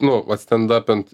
nu atstendapint